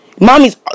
Mommy's